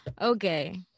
Okay